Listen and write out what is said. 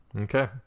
okay